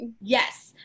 Yes